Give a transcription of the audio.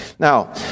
Now